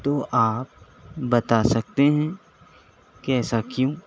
تو آپ بتا سکتے ہیں کہ ایسا کیوں